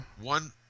One